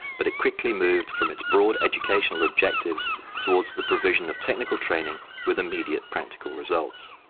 but it quickly moved from its broad educational objectives towards the provision of technical training with immediate practical results.